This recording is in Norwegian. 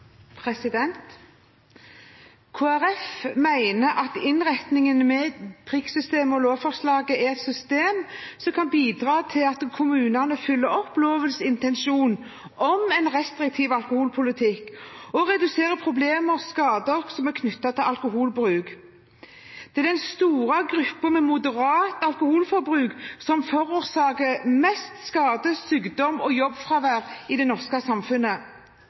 et system som kan bidra til at kommunene følger opp lovens intensjon om en restriktiv alkoholpolitikk, og redusere problemer og skader som er knyttet til alkoholbruk. Det er den store gruppen med moderat alkoholforbruk som forårsaker mest skade, sykdom og jobbfravær i det norske samfunnet.